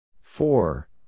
Four